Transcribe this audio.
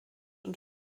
und